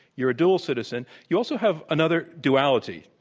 you're a dual citizen you also have another duality.